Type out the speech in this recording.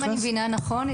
אם אני מבינה נכון,